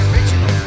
Original